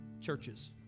Churches